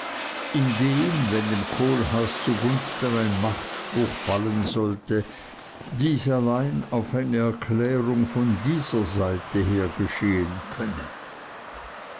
wenn dem kohlhaas zu gunsten ein machtspruch fallen sollte dies allein auf eine erklärung von dieser seite her geschehen könne